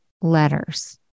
letters